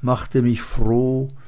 machte mich froh